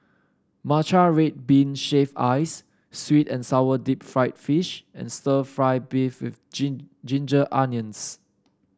Matcha Red Bean Shaved Ice sweet and sour Deep Fried Fish and stir fry beef with Ginger Onions